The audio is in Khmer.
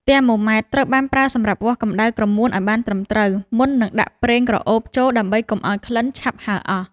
ទែម៉ូម៉ែត្រ ត្រូវបានប្រើសម្រាប់វាស់កម្ដៅក្រមួនឱ្យបានត្រឹមត្រូវ មុននឹងដាក់ប្រេងក្រអូបចូលដើម្បីកុំឱ្យក្លិនឆាប់ហើរអស់។